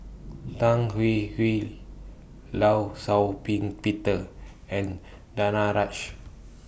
Tan Hwee Hwee law Shau Ping Peter and Danaraj